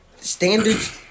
Standards